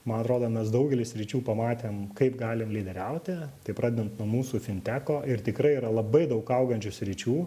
man atrodo mes daugely sričių pamatėm kaip galim lyderiauti tai pradedant nuo mūsų finteko ir tikrai yra labai daug augančių sričių